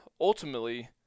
ultimately